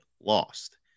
lost